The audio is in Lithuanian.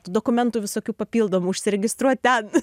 tų dokumentų visokių papildomų užsiregistruot ten